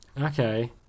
okay